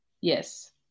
yes